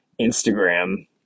Instagram